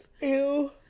Ew